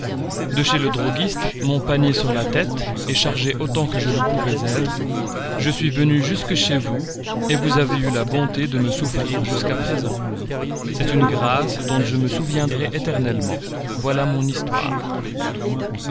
de chez le droguiste mon panier sur la tête et chargé autant que je le pouvais être je suis venu jusque chez vous où vous avez eu la bonté de me souffrir jusqu'à présent c'est une grâce dont je me souviendrai éternellement voilà mon histoire